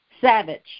savage